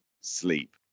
sleep